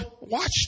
watch